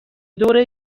دوره